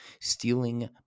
stealing